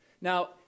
Now